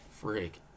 Freak